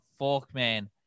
Forkman